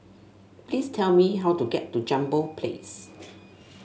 please tell me how to get to Jambol Place